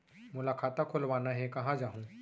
मोला खाता खोलवाना हे, कहाँ जाहूँ?